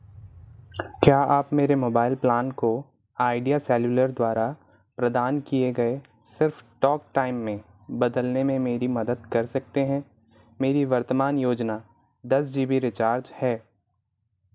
क्या आप मेरे मोबाइल प्लान को आइडिया सेल्युलर द्वारा प्रदान किए गए सिर्फ़ टॉक टाइम में बदलने में मेरी मदद कर सकते हैं मेरी वर्तमान योजना दस जी बी रिचार्ज है